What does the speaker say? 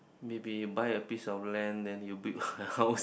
maybe buy a piece of lamp then you build a house